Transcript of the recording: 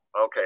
Okay